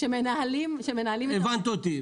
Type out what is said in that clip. הבנת אותי.